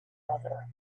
other